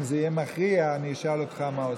אם זה יהיה מכריע אני אשאל אותך מה עושים.